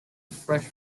fresh